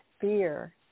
fear